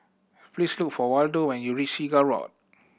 please look for Waldo when you reach Seagull Walk